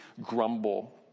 grumble